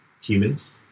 humans